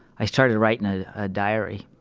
i started writing a ah diary,